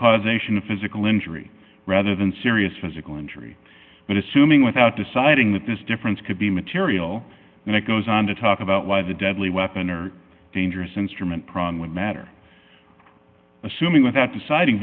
causation of physical injury rather than serious physical injury but assuming without deciding that this difference could be material then it goes on to talk about why the deadly weapon or dangerous instrument prong would matter assuming without deciding